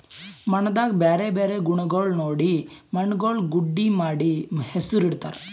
ಮಣ್ಣದಾಗ್ ಬ್ಯಾರೆ ಬ್ಯಾರೆ ಗುಣಗೊಳ್ ನೋಡಿ ಮಣ್ಣುಗೊಳ್ ಗುಡ್ಡಿ ಮಾಡಿ ಹೆಸುರ್ ಇಡತ್ತಾರ್